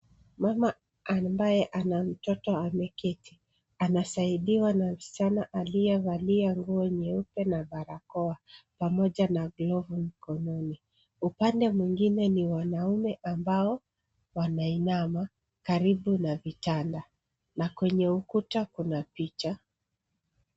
Mama ambaye ana mtoto ameketi. Anasaidiwa na msichana aliyevalia nguo nyeupe, na barakoa, pamoja na glovu mkononi. Upande mwingine ni wanaume ambao wanainama karibu na vitanda. Na kwenye ukuta kuna picha.